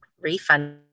refund